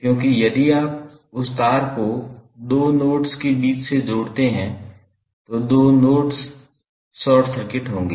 क्योंकि यदि आप उस तार को 2 नोड्स के बीच से जोड़ते हैं तो 2 नोड्स शॉर्ट सर्किट होंगे